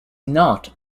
not